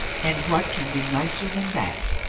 and what can be nicer than that?